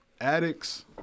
addicts